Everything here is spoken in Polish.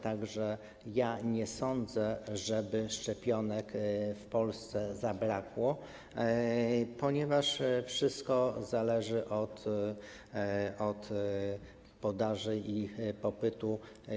Tak że nie sądzę, żeby szczepionek w Polsce zabrakło, ponieważ wszystko zależy od podaży i popytu.